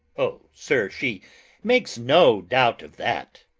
o, sir, she makes no doubt of that.